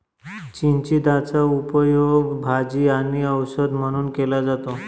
चिचिंदाचा उपयोग भाजी आणि औषध म्हणून केला जातो